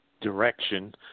direction